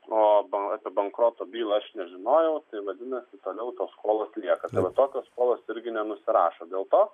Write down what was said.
o b apie bankroto bylą aš nežinojau tai vadinasi toliau tos skolos lieka va tokios skolos irgi nenusirašo dėl to